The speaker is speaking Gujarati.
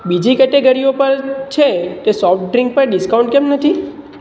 બીજી કેટેગરીઓ પર છે તે સોફ્ટ ડ્રીંક્સ પર ડિસ્કાઉન્ટ કેમ નથી